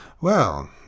Well